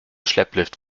schlepplift